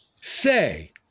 say